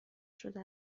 شده